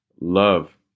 love